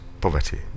poverty